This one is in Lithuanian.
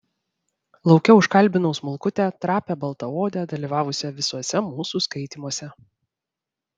lauke užkalbinau smulkutę trapią baltaodę dalyvavusią visuose mūsų skaitymuose